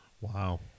Wow